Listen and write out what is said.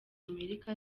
amerika